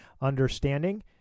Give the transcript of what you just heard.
Understanding